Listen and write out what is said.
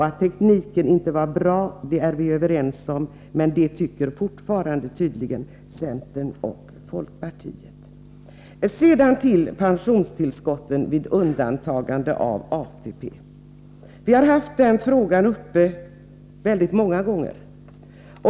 Att tekniken inte var bra är vi överens om — men det tycker tydligen centerpartiet och folkpartiet fortfarande. Sedan till pensionstillskotten vid undantagande från ATP. Vi har haft den frågan uppe många gånger.